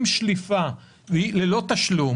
עם שליפה ללא תשלום